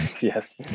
yes